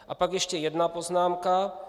A pak ještě jedna poznámka.